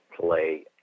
play